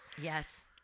Yes